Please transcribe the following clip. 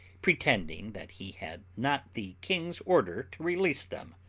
pretending that he had not the king's order to release them,